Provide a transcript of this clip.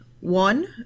one